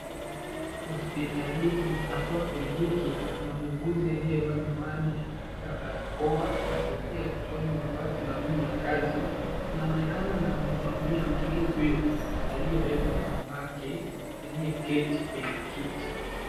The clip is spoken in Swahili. Hosiptalini haswa kliniki na kuna muuguzi aliyevaa miwani na barakoa na kofia kichwani mavazi maalum ya kazi, inaonekana anamhudumia mtoto huyo aliyebebwa na mamake aliyeketi kwenye kiti